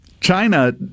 China